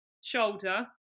shoulder